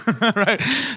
Right